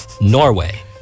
Norway